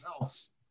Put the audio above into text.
else